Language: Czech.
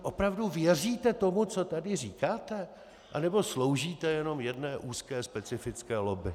Opravdu věříte tomu, co tady říkáte, nebo sloužíte jenom jedné úzké specifické lobby?